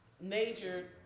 major